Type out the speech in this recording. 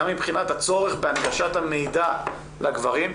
גם מבחינת הצורך בהנגשת המידע לגברים,